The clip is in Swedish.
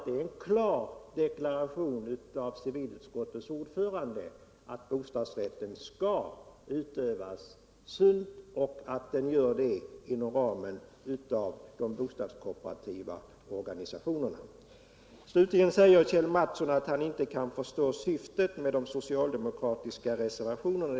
Det är en klar deklaration av civilutskottets ordförande att bostadsrätten skall utövas sunt och att det görs inom ramen för de bostadskooperativa organisationerna, Slutligen säger Kjell Mattsson att han inte kan förstå syftet med de socialdemokratiska reservationerna.